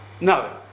No